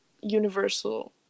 Universal